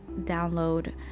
download